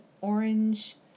orange